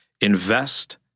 invest